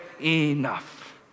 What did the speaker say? enough